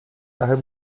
daher